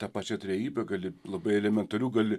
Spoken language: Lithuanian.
tą pačią trejybę gali labai elementarių gali